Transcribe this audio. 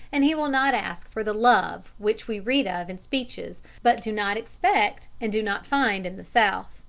and he will not ask for the love which we read of in speeches but do not expect and do not find in the south.